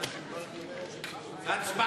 חברת הכנסת שלי יחימוביץ מחקה.